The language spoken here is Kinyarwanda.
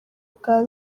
bwa